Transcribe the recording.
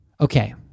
Okay